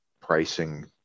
pricing